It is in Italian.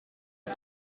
una